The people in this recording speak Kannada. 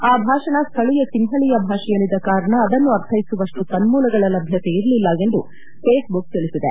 ಆ ಭಾಷಣ ಸ್ಥಳೀಯ ಸಿಂಹಳೀಯ ಭಾಷೆಯಲ್ಲಿದ್ದ ಕಾರಣ ಅದನ್ನು ಅರ್ಥೈಸುವಷ್ಟು ಸಂನ್ಮೂಲಗಳ ಲಭ್ಯತೆ ಇರಲಿಲ್ಲ ಎಂದು ಫೇಸ್ಬುಕ್ ತಿಳಿಸಿದೆ